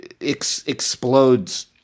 explodes